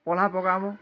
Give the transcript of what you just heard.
ପହ୍ଲା ପକା ହବ